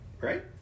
Right